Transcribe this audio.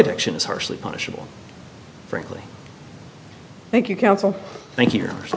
addiction is harshly punishable frankly thank you counsel thank y